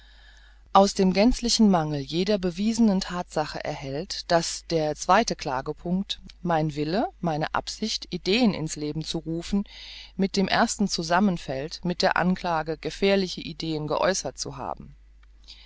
aus dem gänzlichen mangel jeder bewiesenen thatsache erhellt daß der zweite klagepunkt mein willen meine absicht ideen ins leben zu rufen mit dem ersten zusammenfällt mit der anklage gefährliche ideen geäußert zu haben